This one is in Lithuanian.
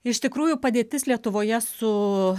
iš tikrųjų padėtis lietuvoje su